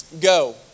go